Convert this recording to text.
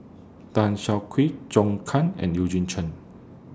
Tan Siak Kew Zhou Can and Eugene Chen